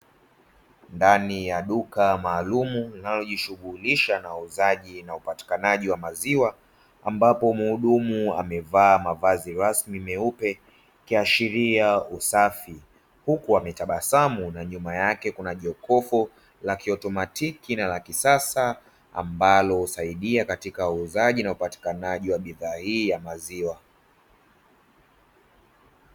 Ndani ya duka maalumu, linalojishughulisha na uuzaji na upatikanaji wa maziwa, ambapo mhudumu amevaa mavazi rasmi meupe, ikiashiria usafi, huku ametabasamu na nyuma yake kuna jokofu la kiautomatiki na la kisasa, ambalo husaidia katika uuzaji na upatikanaji wa bidhaa hii ya maziwa.